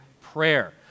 prayer